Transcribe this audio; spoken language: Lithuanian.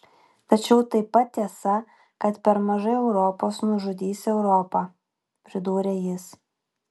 tačiau taip pat tiesa kad per mažai europos nužudys europą pridūrė jis